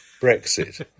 Brexit